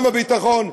גם בביטחון,